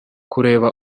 kureba